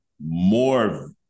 more